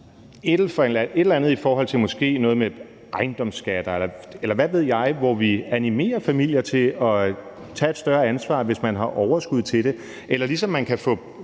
et eller andet måske i forhold til noget med ejendomsskat, eller hvad ved jeg, hvor vi animerer familier til at tage et større ansvar, hvis de har overskud til det? Eller ligesom man kan få